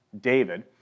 David